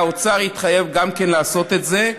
האוצר התחייב גם כן לעשות את זה.